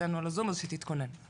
רק